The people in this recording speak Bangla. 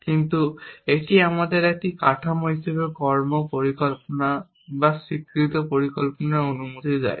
কিন্তু এটি আমাদেরকে একটি কাঠামো হিসাবে কর্ম পরিকল্পনা বা স্বীকৃত পরিকল্পনার অনুমতি দেয়